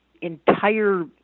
entire